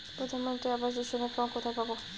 প্রধান মন্ত্রী আবাস যোজনার ফর্ম কোথায় পাব?